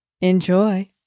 Enjoy